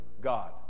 God